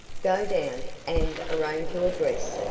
go down and arrange your dress, sir.